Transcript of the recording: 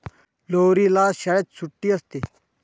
लोहरीला शाळेत सुट्टी असते